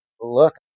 Look